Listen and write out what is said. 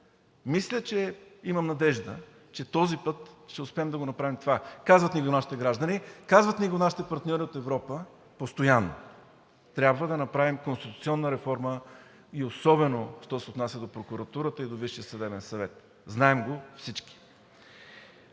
Мисля, че има надежда, че този път ще успеем да направим това. Казват ни го нашите граждани, казват ни го постоянно нашите партньори от Европа. Трябва да направим конституционна реформа особено що се отнася до прокуратурата и до Висшия съдебен съвет – знаем го всички.